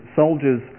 soldiers